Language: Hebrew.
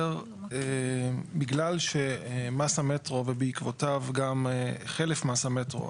בגלל שמס המטרו ובעקבותיו גם חלף מס המטרו,